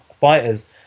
fighters